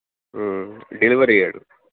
delivery ఇవ్వడు